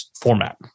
format